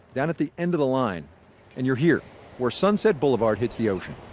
down at the end of the line and you're here where sunset boulevard hits the ocean.